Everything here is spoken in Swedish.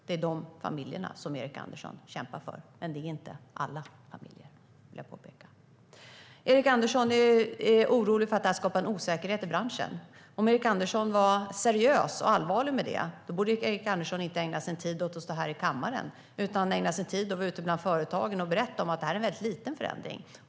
Det är dessa familjer Erik Andersson kämpar för. Det är inte alla familjer, vill jag påpeka. Erik Andersson är orolig för att detta skapar osäkerhet i branschen. Om Erik Andersson var seriös och allvarlig med det borde Erik Andersson inte ägna sin tid åt att stå i kammaren. Han borde i stället vara ute på företagen och berätta att detta är en ytterst liten förändring.